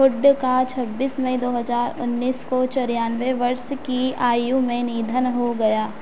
hood का छब्बीस मई दो हज़ार उन्नीस को चौरानवे वर्ष की आयु में निधन हो गया